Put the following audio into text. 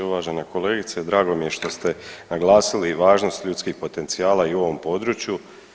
Uvažena kolegice drago mi je što ste naglasili i važnost ljudskih potencijala i u ovom području.